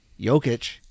Jokic